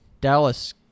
Dallas